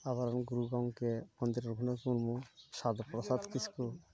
ᱟᱵᱚᱨᱮᱱ ᱜᱩᱨᱩ ᱜᱚᱝᱠᱮ ᱯᱚᱸᱰᱤᱛ ᱨᱚᱜᱷᱩᱱᱟᱛᱷ ᱢᱩᱨᱢᱩ ᱥᱟᱨᱚᱫᱟ ᱯᱨᱚᱥᱟᱫᱽ ᱠᱤᱥᱠᱩ